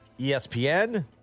espn